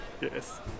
Yes